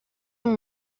amb